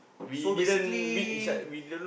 so basically